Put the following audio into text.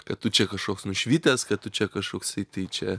kad tu čia kažkoks nušvitęs kad tu čia kažkoksai tai čia